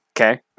Okay